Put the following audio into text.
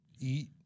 eat